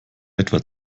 etwa